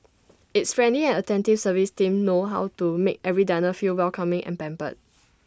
its friendly and attentive service team know how to make every diner feel welcoming and pampered